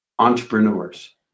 Entrepreneurs